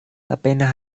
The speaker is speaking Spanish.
apenas